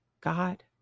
God